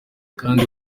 kandi